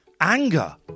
anger